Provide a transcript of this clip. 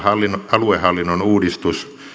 aluehallinnon uudistus